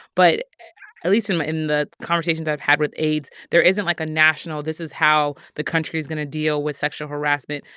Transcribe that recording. but at least in but in the conversations i've had with aides, there isn't like a national this is how the country's going to deal with sexual harassment.